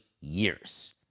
years